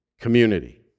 community